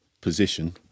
position